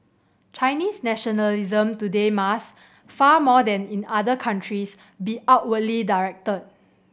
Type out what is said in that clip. Chinese nationalism today must far more than in other countries be outwardly directed